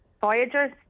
Voyagers